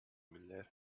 müller